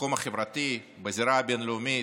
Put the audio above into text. בתחום החברתי, בזירה הבין-לאומית,